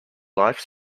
life